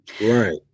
Right